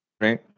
right